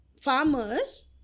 farmers